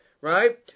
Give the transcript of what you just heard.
Right